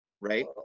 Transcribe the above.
right